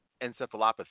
Encephalopathy